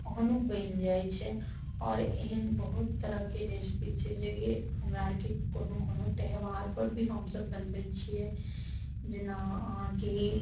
तहन वो बनि जाइ छै आओर एहन बहुत तरहके रेसपी छै जे कि हमरा आरके कोनो कोनो त्यौहारपर भी हमसब बनबय छियै जेना अहाँके